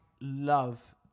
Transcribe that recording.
Love